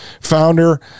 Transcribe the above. founder